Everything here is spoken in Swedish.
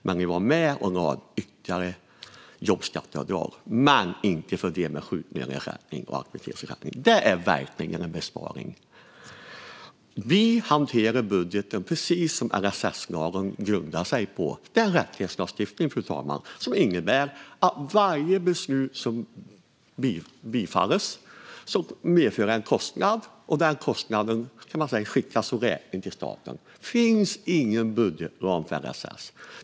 Och ni var med på ytterligare jobbskatteavdrag, men inte för dem som har sjuklöneersättning eller aktivitetsersättning. Det är verkligen en besparing. Vi hanterar budgeten precis enligt det som LSS-lagen grundar sig på. Det är en rättighetslagstiftning, fru talman, som innebär att varje beslut som bifalls medför en kostnad, och räkningen skickas sedan vidare till staten. Det finns ingen budgetram för LSS.